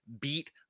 beat